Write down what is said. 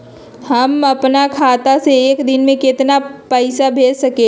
हम अपना खाता से एक दिन में केतना पैसा भेज सकेली?